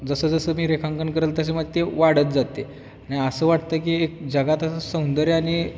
जसं जसं मी रेखांकन करेल त्याच्या मग ते वाढत जाते आणि असं वाटतं की एक जगात असं सौंदर्य आणि